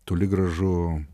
toli gražu